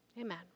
Amen